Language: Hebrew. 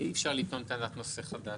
אי אפשר לטעון טענת נושא חדש.